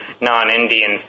non-Indian